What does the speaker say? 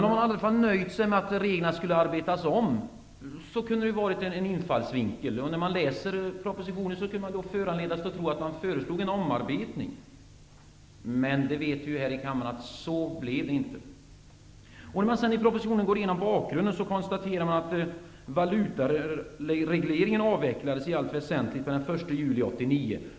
Om regeringen hade nöjt sig med att reglerna skulle arbetas om kunde det varit en infallsvinkel. När man läser propositionen kan man föranledas att tro att det föreslås en omarbetning. Men vi vet ju här i kammaren att det inte blev så. När regeringen i propositionen går igenom bakgrunden konstateras att den svenska valutaregleringen avvecklades i allt väsentligt per den 1 juli 1989.